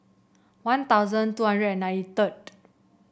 One Thousand two hundred and ninety third